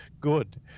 good